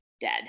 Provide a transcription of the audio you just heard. dead